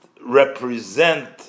represent